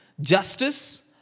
justice